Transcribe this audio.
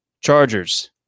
chargers